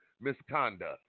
misconduct